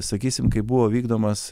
sakysim kai buvo vykdomas